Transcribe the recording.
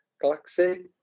Galaxy